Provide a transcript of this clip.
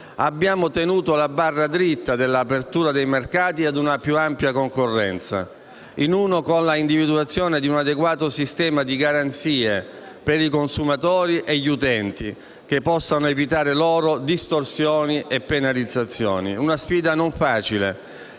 abbiamo tenuto la barra dritta dell'apertura dei mercati a una più ampia concorrenza, in uno con la individuazione di un adeguato sistema di garanzie per i consumatori e gli utenti che possano evitare loro distorsioni e penalizzazioni. Si è trattato